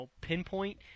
pinpoint